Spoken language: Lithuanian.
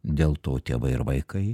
dėl to ir vaikai